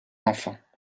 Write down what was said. enfants